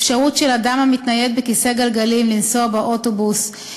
אפשרותו של אדם המתנייד בכיסא גלגלים לנסוע באוטובוס,